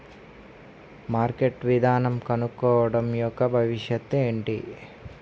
Marketing విధానం కనుక్కోవడం యెక్క భవిష్యత్ ఏంటి?